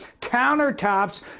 Countertops